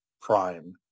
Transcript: Prime